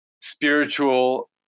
spiritual